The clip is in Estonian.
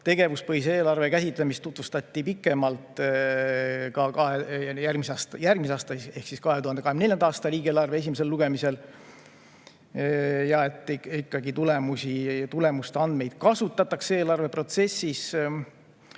tegevuspõhise eelarve käsitlemist tutvustati pikemalt järgmise aasta ehk 2024. aasta riigieelarve esimesel lugemisel ja ikkagi tulemuste andmeid kasutatakse eelarveprotsessis.